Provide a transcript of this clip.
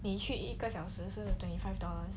的确一个小时是不是 twenty five dollar